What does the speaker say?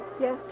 Yes